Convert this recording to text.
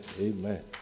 Amen